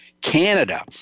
Canada